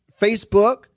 Facebook